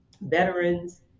veterans